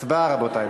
הצבעה, רבותי.